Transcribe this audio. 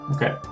Okay